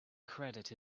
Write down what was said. credit